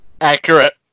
accurate